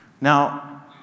Now